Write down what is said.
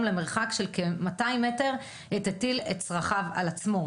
למרחק של כ-200 מטר עת הטיל את צרכיו על עצמו.